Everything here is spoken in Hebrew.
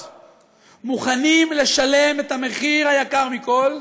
מוכנים לשלם את המחיר היקר מכול,